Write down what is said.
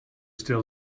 still